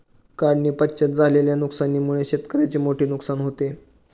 काढणीपश्चात झालेल्या नुकसानीमुळे शेतकऱ्याचे मोठे नुकसान होते